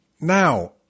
now